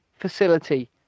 Facility